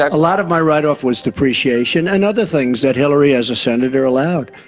a lot of my write-off was depreciation and other things that hillary as a senator allowed,